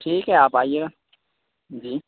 ٹھیک ہے آپ آئیے گا جی